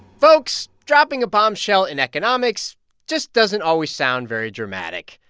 folks, dropping a bombshell in economics just doesn't always sound very dramatic.